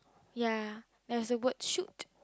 ya there is a word shoot